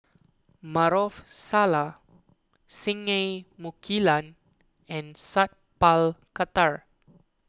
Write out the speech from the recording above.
Maarof Salleh Singai Mukilan and Sat Pal Khattar